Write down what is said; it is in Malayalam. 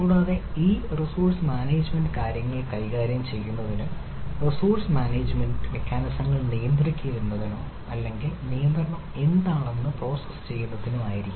കൂടാതെ ഈ റിസോഴ്സ് മാനേജ്മെന്റ് കാര്യങ്ങൾ കൈകാര്യം ചെയ്യുന്നതിനായി റിസോഴ്സ് മാനേജ്മെന്റ് മെക്കാനിസങ്ങൾ നിയന്ത്രിക്കുന്നതിനോ അല്ലെങ്കിൽ അതിൽ നിയന്ത്രണം എന്താണെന്ന് പ്രോസസ്സ് ചെയ്യുന്നതിനോ കഴിയണം